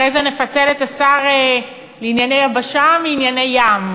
אחרי זה נפצל את השר לענייני יבשה מענייני ים.